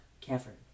cavern